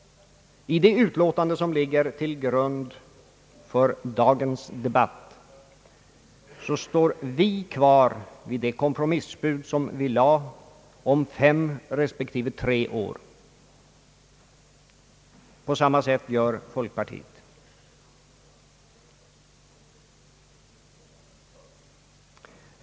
I det utlåtande som ligger till grund för dagens debatt står vi kvar vid vårt kompromissbud om fem respektive tre år. På samma sätt gör folkpartiet.